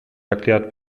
erklärt